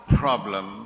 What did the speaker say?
problem